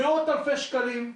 מאות אלפי שקלים.